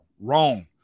wrong